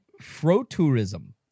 fro-tourism